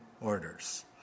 orders